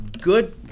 good